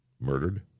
murdered